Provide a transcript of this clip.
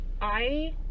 I-